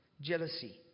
jealousy